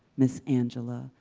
miss angela,